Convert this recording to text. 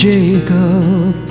Jacob